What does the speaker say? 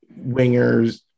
wingers